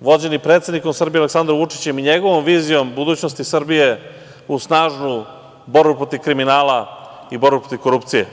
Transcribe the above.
vođeni predsednikom Srbije, Aleksanrom Vučićem i njegovom vizijom budućnosti Srbije, u snažnu borbu protiv kriminala i borbu protiv korupcije.